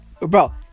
Bro